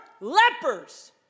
lepers